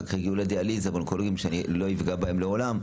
אחר כך הגיעו לדיאליזה ולאונקולוגים שאני לעולם לא אפגע בהם,